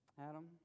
Adam